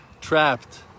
trapped